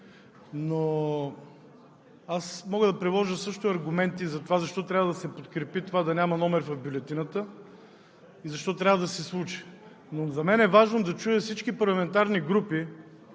но аз мога да приложа също аргументи защо трябва да се подкрепи това да няма номер в бюлетината и защо трябва да се случи. За мен е важно да чуя всички парламентарни групи,